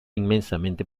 inmensamente